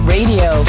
Radio